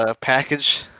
package